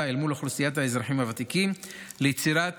מול אוכלוסיית האזרחים הוותיקים ליצירת